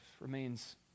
remains